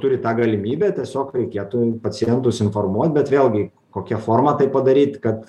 vos turi tą galimybę tiesiog reikėtų pacientus informuot bet vėlgi kokia forma tai padaryt kad